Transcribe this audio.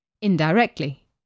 indirectly